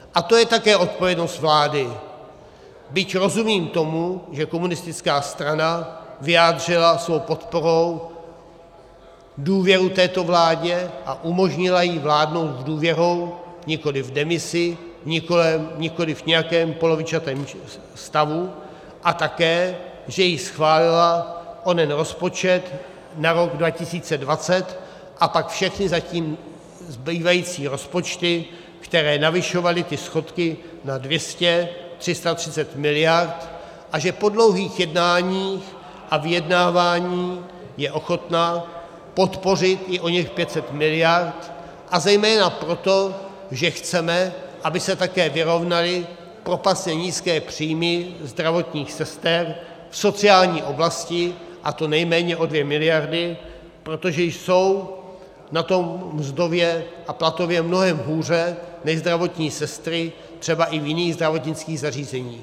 A to je také odpovědnost vlády, byť rozumím tomu, že komunistická strana vyjádřila svou podporou důvěru této vládě a umožnila jí vládnout s důvěrou, nikoli v demisi, nikoliv v nějakém polovičatém stavu, a také že jí schválila onen rozpočet na rok 2020 a pak všechny zatím zbývající rozpočty, které navyšovaly ty schodky na 200, 330 miliard, a že po dlouhých jednáních a vyjednáváních je ochotna podpořit i oněch 500 miliard, zejména proto, že chceme, aby se také vyrovnaly propastně nízké příjmy zdravotních sester v sociální oblasti, a to nejméně o 2 miliardy, protože jsou na tom mzdově a platově mnohem hůře než zdravotní sestry třeba i v jiných zdravotnických zařízeních.